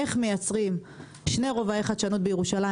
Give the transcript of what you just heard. איך מייצרים שני רובעי חדשנות בירושלים,